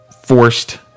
forced